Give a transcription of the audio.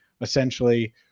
essentially